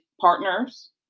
partners